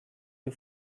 you